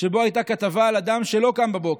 שבו הייתה כתבה על אדם שלא קם בבוקר,